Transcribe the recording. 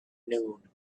noon